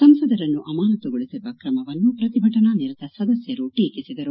ಸಂಸದರನ್ನು ಅಮಾನತುಗೊಳಿಸಿರುವ ಕ್ರಮವನ್ನು ಪ್ರತಿಭಟನಾ ನಿರತ ಸದಸ್ಕರು ಟೀಕಿಸಿದರು